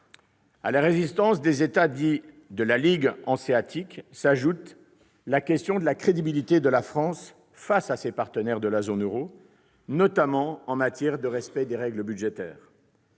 À la résistance des États dits « de la ligue hanséatique » s'ajoute la question de la crédibilité de la France face à ses partenaires de la zone euro, notamment en matière de respect des règles budgétaires.